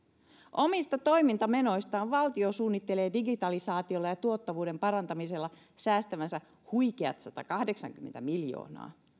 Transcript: omista toimintamenoistaan valtio suunnittelee digitalisaatiolla ja tuottavuuden parantamisella säästävänsä huikeat satakahdeksankymmentä miljoonaa